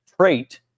trait